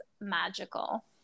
magical